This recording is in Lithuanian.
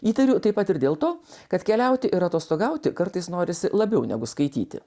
įtariu taip pat ir dėl to kad keliauti ir atostogauti kartais norisi labiau negu skaityti